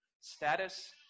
status